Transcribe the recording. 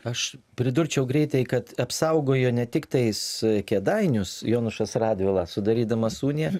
aš pridurčiau greitai kad apsaugojo ne tiktais kėdainius jonušas radvila sudarydamas uniją